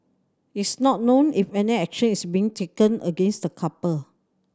it's not known if any action is being taken against the couple